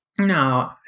No